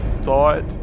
thought